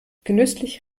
genüsslich